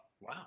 wow